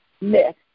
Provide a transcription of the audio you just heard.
myth